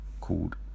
Called